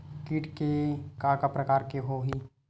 कीट के का का प्रकार हो होही?